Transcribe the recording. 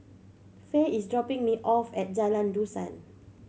Faye is dropping me off at Jalan Dusan